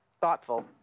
Thoughtful